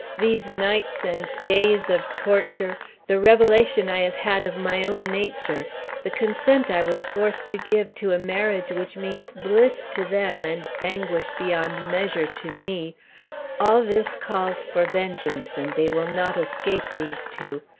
these nights and days of torture the revelation i have had of my own nature the consent i was forced to give to a marriage which means bliss to them and anguish beyond measure to me all this calls for vengeance, and they will not escape, these two.